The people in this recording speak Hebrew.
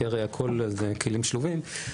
שהרי הכול זה כלים שלובים,